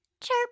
Chirp